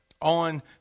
on